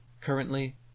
Currently